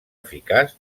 eficaç